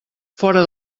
fora